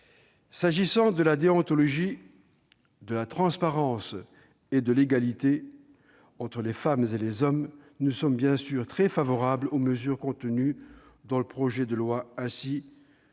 S'agissant de la déontologie, de la transparence et de l'égalité entre les femmes et les hommes, nous sommes bien sûr très favorables aux mesures contenues dans le texte, ainsi